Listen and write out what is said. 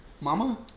Mama